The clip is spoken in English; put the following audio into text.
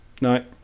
No